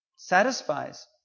satisfies